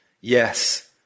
Yes